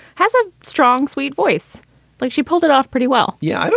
has a strong, sweet voice like she pulled it off pretty well yeah,